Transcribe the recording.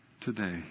today